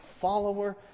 follower